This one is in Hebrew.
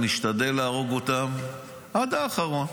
נשתדל להרוג אותם עד האחרון,